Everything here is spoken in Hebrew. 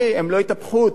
הם לא יטפחו אותו,